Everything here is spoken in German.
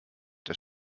der